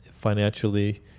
financially